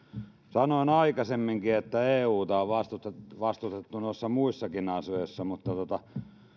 sanoin aikaisemminkin että euta on vastustettu noissa muissakin asioissa